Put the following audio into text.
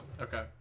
Okay